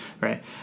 right